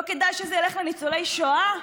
לא כדאי שזה ילך לניצולי שואה?